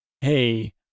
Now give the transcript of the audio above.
hey